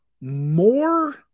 more